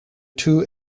two